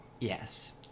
Yes